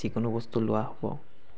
যিকোনো বস্তু লোৱা হ'ব